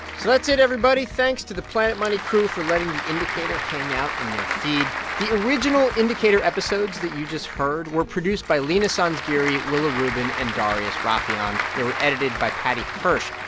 so that's it, everybody. thanks to the planet money crew for letting the indicator hang out in their feed. the original indicator episodes that you just heard were produced by leena sanzgiri, willa rubin and darius rafieyan. they were edited by paddy hirsch.